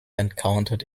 encountered